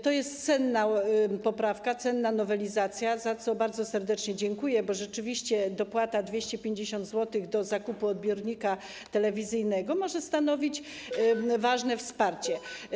To jest cenna poprawka, cenna nowelizacja, za co bardzo serdecznie dziękuję, bo rzeczywiście dopłata 250 zł do zakupu odbiornika telewizyjnego może stanowić ważne wsparcie.